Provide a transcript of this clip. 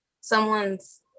someone's